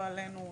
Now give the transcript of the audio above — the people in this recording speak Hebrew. לא עלינו,